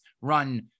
run